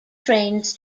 trains